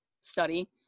study